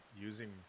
using